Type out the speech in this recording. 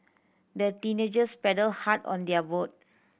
the teenagers paddled hard on their boat